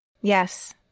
Yes